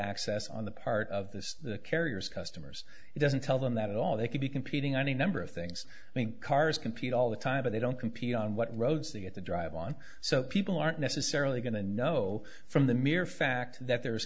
access on the part of this carriers customers it doesn't tell them that all they could be competing on a number of things mean cars compete all the time but they don't compete on what roads they get the drive on so people aren't necessarily going to know from the mere fact that there is